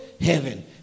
heaven